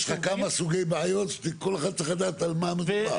יש לך כמה סוגי בעיות וכל אחד צריך לדעת על מה מדובר.